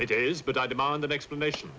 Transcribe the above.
it is but i demand an explanation